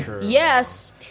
Yes